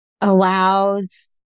allows